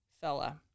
fella